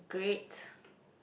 great